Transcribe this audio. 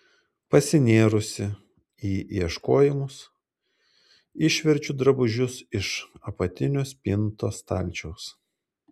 pasinėrusi į ieškojimus išverčiu drabužius iš apatinio spintos stalčiaus